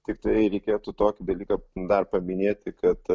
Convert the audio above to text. tiktai reikėtų tokį dalyką dar paminėti kad